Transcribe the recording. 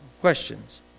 questions